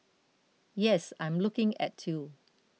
yes I'm looking at you